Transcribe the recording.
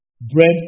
bread